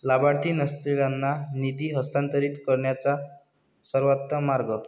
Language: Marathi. लाभार्थी नसलेल्यांना निधी हस्तांतरित करण्याचा सर्वोत्तम मार्ग